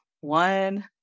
one